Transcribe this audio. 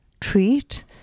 treat